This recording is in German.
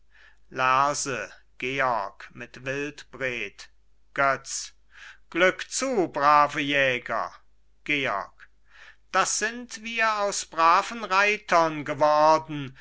götz glück zu brave jäger georg das sind wir aus braven reitern geworden